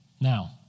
Now